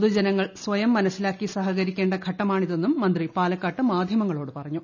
പൊതുജനങ്ങൾ സ്വയം മനസി ലാക്കി സഹകരിക്കേണ്ട ഘട്ടമാണിതെന്നും മന്ത്രി പാലക്കാട്ട് മാധ്യമങ്ങളോട് പറഞ്ഞു